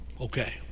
Okay